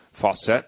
Fawcett